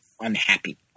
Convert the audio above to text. unhappy